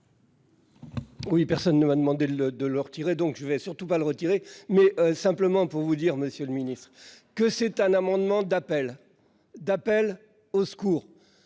Oui, personne ne m'a demandé de le, de le retirer. Donc je vais surtout pas le retirer, mais simplement pour vous dire Monsieur le Ministre, que c'est un amendement d'appel d'appel au secours.